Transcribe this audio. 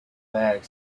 back